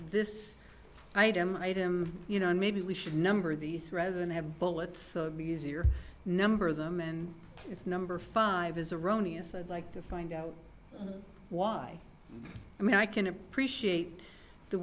this item item you know maybe we should number these rather than have bullets be easier number them and number five is erroneous i'd like to find out why i mean i can appreciate the